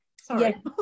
Sorry